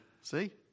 see